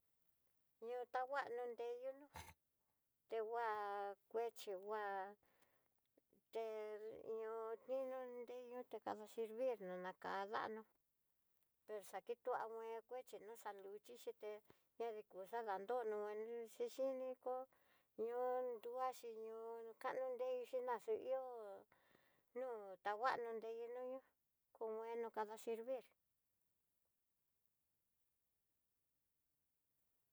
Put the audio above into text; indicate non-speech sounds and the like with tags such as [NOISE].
Ño'o ta ngua nonreyu nó [HESITATION] te ngua nguexhi ngua, te ño'o indodé, ada servir ná nakadanó pero xa kituané kuechi no xa luxhi xhité, ñadiko xadanrono anuchi chiniko ñóo nruaxi ñóo kano nreixi no'a, ihó nu tangua nonrei nuyú kon bueno kada servir.